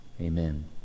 Amen